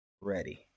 ready